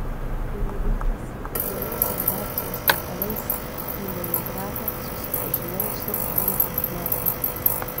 kai nuvykęs vienos redakcijos reikalais į leningradą susipažinau su ana achmatova